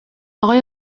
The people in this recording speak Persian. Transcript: آقای